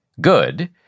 good